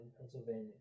Pennsylvania